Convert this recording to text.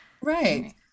right